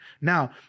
Now